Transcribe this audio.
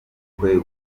bukwe